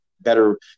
better